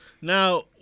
Now